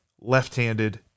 left-handed